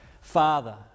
father